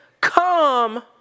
come